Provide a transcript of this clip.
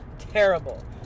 Terrible